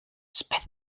spit